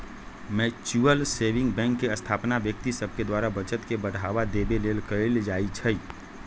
mutual saving bank के स्थापना व्यक्ति सभ द्वारा बचत के बढ़ावा देबे लेल कयल जाइ छइ